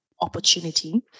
opportunity